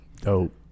dope